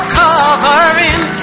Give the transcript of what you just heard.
covering